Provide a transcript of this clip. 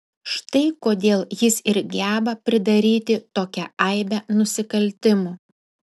štai kodėl jis ir geba pridaryti tokią aibę nusikaltimų